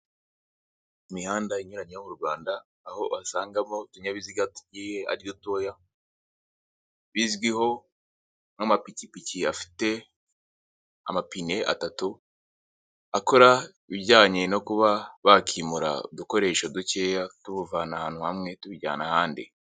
Imihanda inyuranye yo mu Rwanda, aho wasangamo utunyabiziga tugiye ari dutoya, bizwiho nk'amapikipiki afite amapine atatu, akora ibijyanye no kuba bakimura udukoresho dukeya tubuvana ahantu hamwe, tubijyana ahandi.